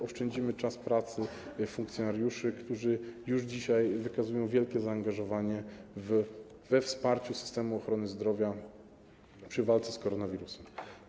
Oszczędzimy czas pracy funkcjonariuszy, którzy już dzisiaj wykazują wielkie zaangażowanie we wsparcie systemu ochrony zdrowia w walce z koronawirusem.